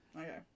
Okay